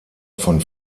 von